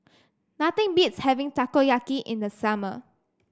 nothing beats having Takoyaki in the summer